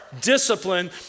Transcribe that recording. discipline